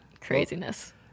Craziness